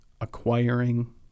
acquiring